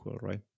right